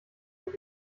mehr